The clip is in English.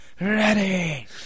ready